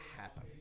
happen